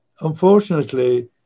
unfortunately